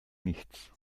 nichts